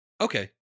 Okay